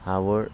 হাঁহবোৰ